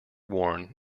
worn